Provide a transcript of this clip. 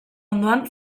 ondoan